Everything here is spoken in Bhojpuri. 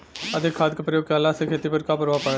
अधिक खाद क प्रयोग कहला से खेती पर का प्रभाव पड़ेला?